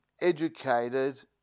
educated